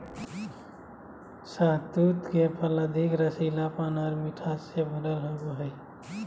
शहतूत के फल अधिक रसीलापन आर मिठास से भरल होवो हय